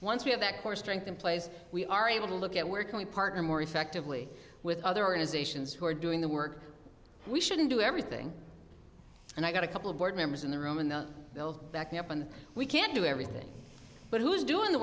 once we have that core strength in place we are able to look at where can we partner more effectively with other organizations who are doing the work we shouldn't do everything and i've got a couple of board members in the room in the back me up and we can do everything but who's doing the